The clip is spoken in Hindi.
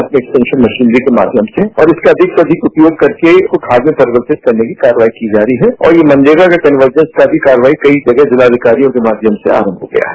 आपके इंट्रेक्सन मशीनरी के माध्यम से और इसका अधिक से अधिक उपयोग करके खाद में परिवर्तित करने की कार्रवाई की जा रही है और यह मनरेगा में करवर्जन का भी कार्रवाई कई जग जिलाधिकारियों के माध्यम से आरंभ हो गया है